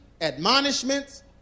admonishments